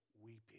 weeping